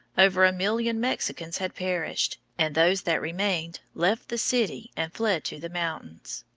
over a million mexicans had perished, and those that remained left the city and fled to the mountains.